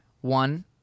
One